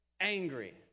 angry